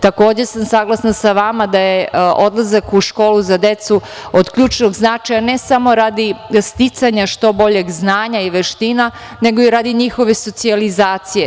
Takođe, saglasna sam sa vama da je odlazak u školu za decu od ključnog značaja, ne samo radi sticanja što boljeg znanja i veština, nego i radi njihove socijalizacije.